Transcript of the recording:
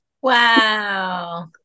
Wow